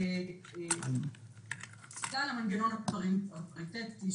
למנגנון הפריטטי.